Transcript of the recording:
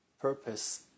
purpose